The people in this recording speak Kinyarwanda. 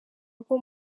rwo